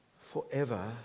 forever